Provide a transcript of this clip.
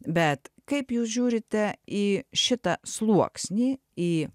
bet kaip jūs žiūrite į šitą sluoksnį į